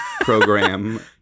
program